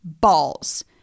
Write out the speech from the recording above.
balls